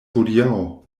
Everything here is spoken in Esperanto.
hodiaŭ